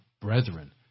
brethren